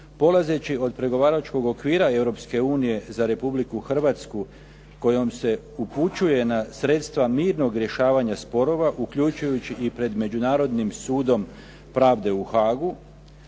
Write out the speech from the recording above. polazeći od pregovaračkog okvira Europske unije za Republiku Hrvatsku kojom se upućuje na sredstva mirnog rješavanja sporova uključujući i pred Međunarodnim sudom pravde u Haagu,